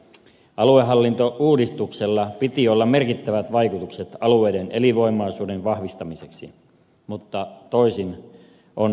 aluehallintouudistuksella piti olla merkittävät vaikutukset alueiden elinvoimaisuuden vahvistamiseksi mutta toisin on käymässä